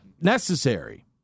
necessary